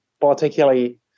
particularly